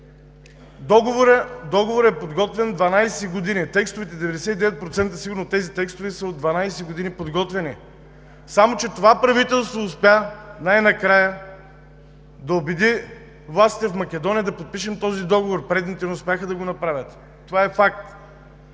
Договорът е подготвян 12 години. Сигурно 99% от тези текстове са подготвяни от 12 години. Само че това правителство успя най-накрая да убеди властите в Македония да подпишем този договор, предните не успяха да го направят. Това е факт!